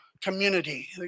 community